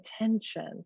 attention